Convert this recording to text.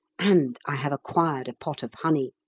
and i have acquired a pot of honey.